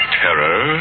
terror